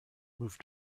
moved